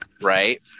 Right